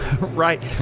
Right